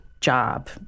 job